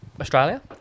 Australia